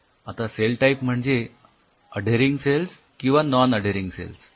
आता cell type म्हणजे adhering cells किंवा नॉन अढेरिंग सेल्स